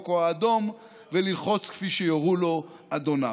או האדום וללחוץ כפי שיורו לו אדוניו.